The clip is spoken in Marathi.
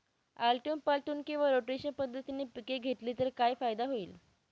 आलटून पालटून किंवा रोटेशन पद्धतीने पिके घेतली तर काय फायदा होईल?